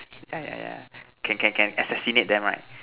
yeah yeah yeah can can assassinate them right